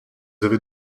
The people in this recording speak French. avez